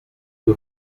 you